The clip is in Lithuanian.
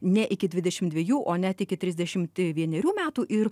ne iki dvidešimt dviejų o net iki trisdešimt vienerių metų ir